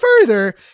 further